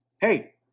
hey